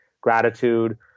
gratitude